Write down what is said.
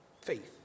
faith